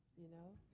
you know.